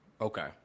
Okay